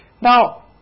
Now